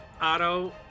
Otto